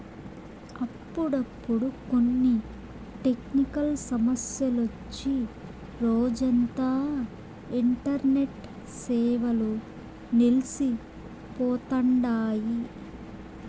అప్పుడప్పుడు కొన్ని టెక్నికల్ సమస్యలొచ్చి రోజంతా ఇంటర్నెట్ సేవలు నిల్సి పోతండాయి